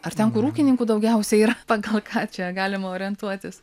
ar ten kur ūkininkų daugiausiai yra pagal ką čia galima orientuotis